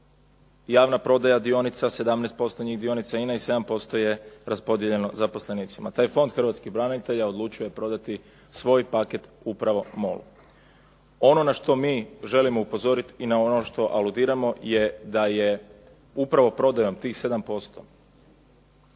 javna prodaja dionica 17% njih dionica INA-e i 7% je raspodijeljeno zaposlenicima. Taj Fond hrvatskih branitelja odlučio je prodati svoj paket upravo MOL-u. Ono na što mi želimo upozorit i na ono što aludiramo je da je upravo prodajom tih 7%